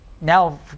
now